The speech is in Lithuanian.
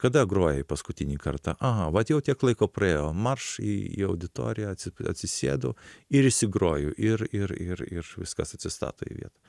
kada grojai paskutinį kartą aha vat jau tiek laiko praėjo marš į auditoriją atsisėdu ir įsigroju ir ir ir ir viskas atsistato į vietą